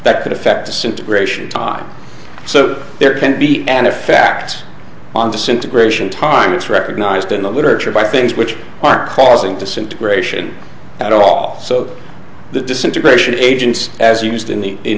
that could affect disintegration time so there can be an effect on disintegration time it's recognized in the literature by things which are causing disintegration at all so the disintegration agents as used in the